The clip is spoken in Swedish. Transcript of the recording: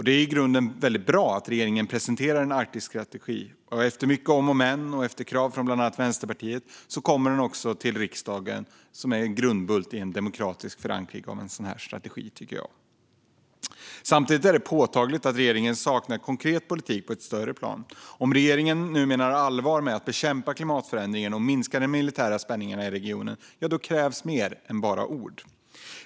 Det är i grunden bra att regeringen presenterar en Arktisstrategi och att den - efter mycket om och men och efter krav från bland annat Vänsterpartiet - kommer till riksdagen. Det tycker jag är en grundbult i en demokratisk förankring av en sådan här strategi. Samtidigt är det påtagligt att regeringen saknar konkret politik på ett större plan. Om regeringen nu menar allvar med att bekämpa klimatförändringen och minska de militära spänningarna i regionen krävs mer än bara ord.